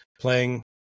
playing